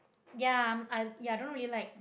ya I'm I ya I don't really like